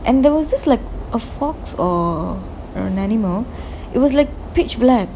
and there was this like a fox or animal it was like pitch black